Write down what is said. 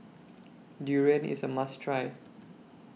Durian IS A must Try